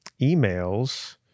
emails